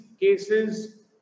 cases